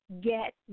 Get